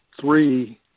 three